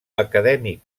acadèmic